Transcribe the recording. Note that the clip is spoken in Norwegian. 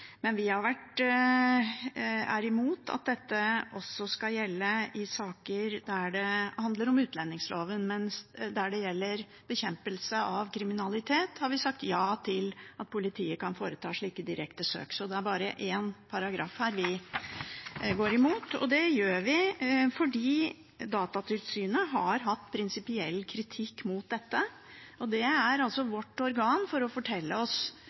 Vi er imot at lovhjemmelen skal gjelde i saker der det handler om utlendingsloven, men der det gjelder bekjempelse av kriminalitet, har vi sagt ja til at politiet kan foreta slike direkte søk. Det er bare én paragraf vi går imot. Det gjør vi fordi Datatilsynet har hatt prinsipiell kritikk mot dette, og det er vårt organ for å fortelle oss